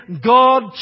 God